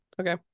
okay